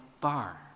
bar